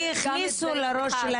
כי הכניסו לראש שלהן.